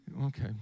Okay